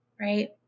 Right